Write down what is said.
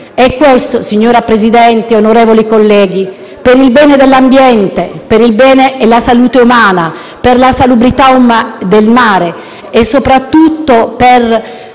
Questo, signor Presidente, onorevoli colleghi, per il bene dell'ambiente, per il bene della salute umana, per la salubrità del mare e, soprattutto, per